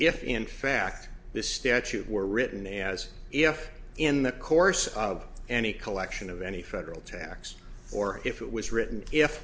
if in fact this statute were written as if in the course of any collection of any federal tax or if it was written if